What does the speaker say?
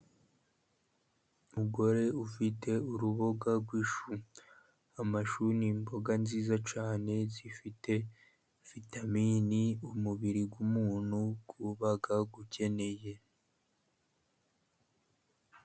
Umugore ufite uruboga rw'ishu. Amashu ni imboga nziza cyane, zifite vitamini umubiri w'umuntu uba ukeneye.